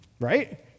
Right